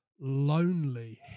lonely